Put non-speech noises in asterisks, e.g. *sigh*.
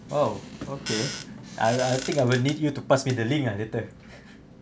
oh okay I I think I will need you to pass me the link lah later *laughs*